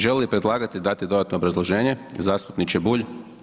Želi li predlagatelj dati dodatno obrazloženje, zastupniče Bulj?